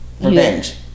Revenge